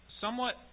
somewhat